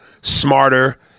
smarter